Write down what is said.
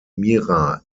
mira